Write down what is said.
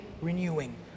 renewing